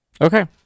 okay